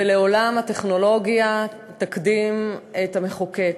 ולעולם הטכנולוגיה תקדים את המחוקק.